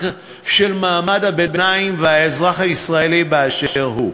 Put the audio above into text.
של מעמד הביניים ושל האזרח הישראלי באשר הוא.